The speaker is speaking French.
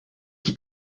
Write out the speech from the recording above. qui